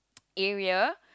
area